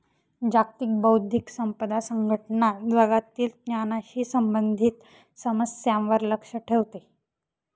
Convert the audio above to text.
जागतिक बौद्धिक संपदा संघटना जगातील ज्ञानाशी संबंधित समस्यांवर लक्ष ठेवते